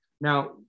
Now